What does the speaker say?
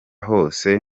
hose